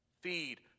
Feed